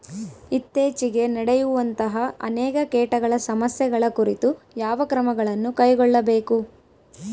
ಇತ್ತೇಚಿಗೆ ನಡೆಯುವಂತಹ ಅನೇಕ ಕೇಟಗಳ ಸಮಸ್ಯೆಗಳ ಕುರಿತು ಯಾವ ಕ್ರಮಗಳನ್ನು ಕೈಗೊಳ್ಳಬೇಕು?